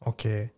Okay